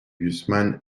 gusman